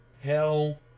hell